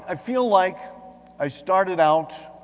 i feel like i started out